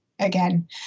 again